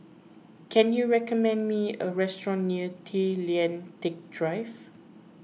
can you recommend me a restaurant near Tay Lian Teck Drive